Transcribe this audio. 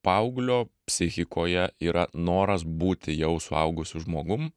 paauglio psichikoje yra noras būti jau suaugusiu žmogum